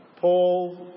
Paul